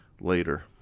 later